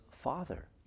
father